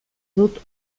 dut